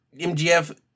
MGF